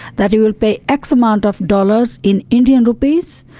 that he will pay x amount of dollars in indian rupees,